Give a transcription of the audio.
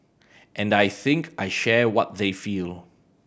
and I think I share what they feel